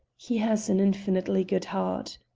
he has an infinitely good heart.